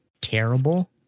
terrible